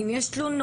אם יש תלונות,